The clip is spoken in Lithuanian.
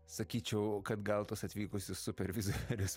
sakyčiau kad gal tuos atvykusius supervizorius